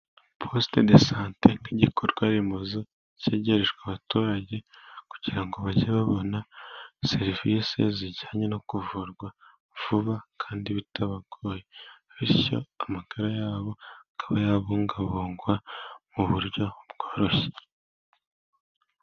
Posite de sante nk'igikorwaremezo cyegerejwe abaturage kugira bajye babona serivise zijyanye no kuvurwa vuba, kandi bitabagoye. Bityo amagara yabo akaba yabungabungwa mu buryo bworoshye.